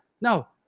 No